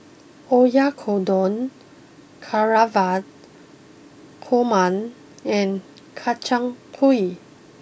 Oyakodon Navratan Korma and Kchang Gui